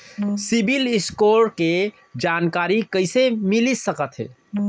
CIBIL score के जानकारी कइसे मिलिस सकथे?